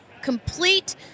complete